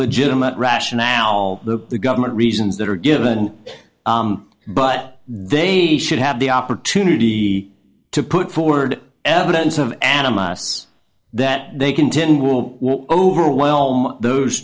legitimate rationale the government reasons that are given but they should have the opportunity to put forward evidence of animists that they contend will overwhelm those